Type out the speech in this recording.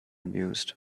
mused